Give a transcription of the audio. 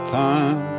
time